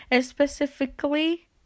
specifically